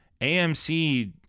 AMC